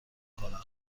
کنم